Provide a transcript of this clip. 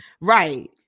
Right